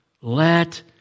Let